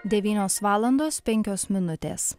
devynios valandos penkios minutės